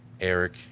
Eric